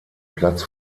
platz